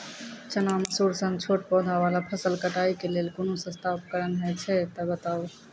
चना, मसूर सन छोट पौधा वाला फसल कटाई के लेल कूनू सस्ता उपकरण हे छै तऽ बताऊ?